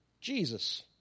Jesus